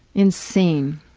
insane.